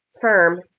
firm